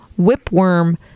whipworm